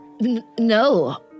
no